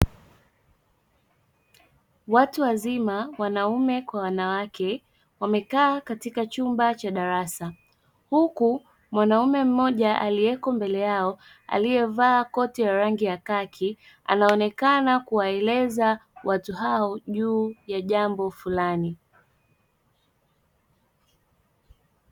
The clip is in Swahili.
Watu wazima, wanaume kwa wanawake wamekaa katika chumba cha darasa. Huku mwanaume mmoja aliyeko mbele yao aliyevaa koti ya rangi ya khaki, anaonekana kuwaeleza watu hao juu ya jambo fulani.